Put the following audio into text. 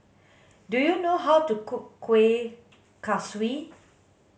do you know how to cook kuih kaswi